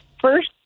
first